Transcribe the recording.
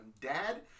Dad